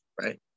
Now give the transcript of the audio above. right